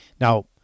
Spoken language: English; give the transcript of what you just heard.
Now